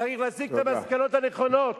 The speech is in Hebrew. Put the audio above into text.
צריך להסיק את המסקנות הנכונות,